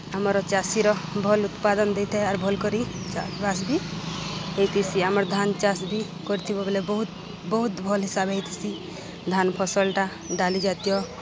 ଆମର ଚାଷୀର ଭଲ୍ ଉତ୍ପାଦନ୍ ଦେଇଥାଏ ଆର୍ ଭଲ୍ କରି ଚାଷ୍ବାସ୍ ବି ହେଇଥିସି ଆମର୍ ଧାନ୍ ଚାଷ୍ ବି କରିଥିବ ବଏଲେ ବହୁତ୍ ବହୁତ୍ ଭଲ୍ ହିସାବେ ହେଇଥିସି ଧାନ୍ ଫସଲ୍ଟା ଡାଲି ଜାତୀୟ